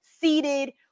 seated